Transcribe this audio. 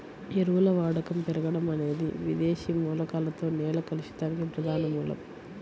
ఎరువుల వాడకం పెరగడం అనేది విదేశీ మూలకాలతో నేల కలుషితానికి ప్రధాన మూలం